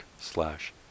slash